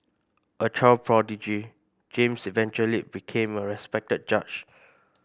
a child prodigy James eventually became a respected judge